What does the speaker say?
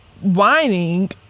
whining